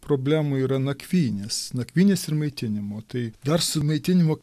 problemų yra nakvynės nakvynės ir maitinimo tai dar su maitinimu